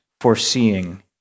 foreseeing